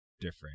different